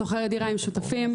שוכרת דירה עם שותפים.